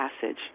passage